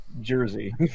Jersey